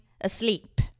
asleep